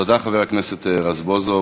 תודה, חבר הכנסת רזבוזוב.